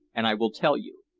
and i will tell you.